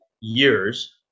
years